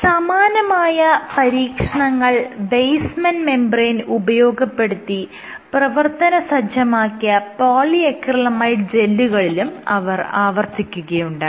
സമാനമായ പരീക്ഷണങ്ങൾ basement membrane ഉപയോഗപ്പെടുത്തി പ്രവർത്തനസജ്ജമാക്കിയ പോളിഅക്രിലമൈഡ് ജെല്ലുകളിലും അവർ ആവർത്തിക്കുകയുണ്ടായി